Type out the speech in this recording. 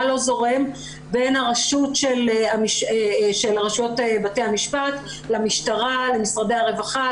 לא זורם בין רשויות בתי המשפט למשטרה למשרדי הרווחה,